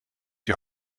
die